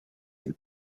del